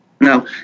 Now